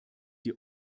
die